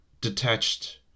detached